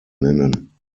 nennen